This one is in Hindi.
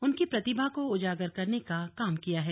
उनकी प्रतिभा को उजागर करने का काम किया है